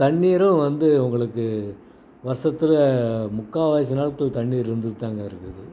தண்ணீரும் வந்து உங்களுக்கு வருடத்துல முக்கால்வாசி நாள்கள் தண்ணீர் இருந்துட்டுதாங்க இருக்குது